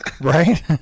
right